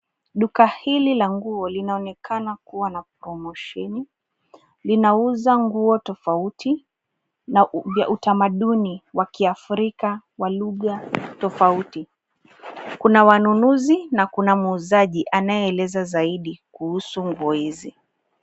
Duka hili la nguo linaonekana kuwa na promosheni. Linauza nguo tofauti na vya utamaduni wa kiafrika wa lugha tofauti. Kuna wanunuzi na kuna muuzaji anayeeleza zaidi kuhusu nguo hizi.